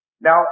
Now